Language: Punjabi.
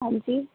ਹਾਂਜੀ